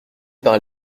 par